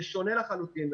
זה שונה לחלוטין.